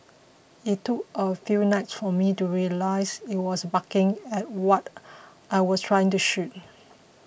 it took a few nights for me to realise it was barking at what I was trying to shoot